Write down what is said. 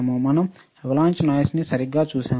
మనం అవలాంచ్ నాయిస్న్ని సరిగ్గా చూశాము